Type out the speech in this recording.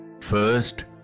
first